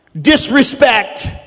disrespect